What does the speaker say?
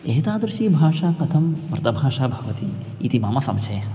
एतादृशी भाषा कथं मृतभाषा भवति इति मम संशयः